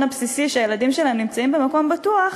הבסיסי שהילדים שלהם נמצאים במקום בטוח,